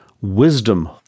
wisdom